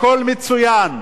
הכול מצוין.